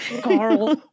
Carl